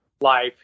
life